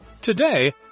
Today